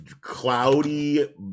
Cloudy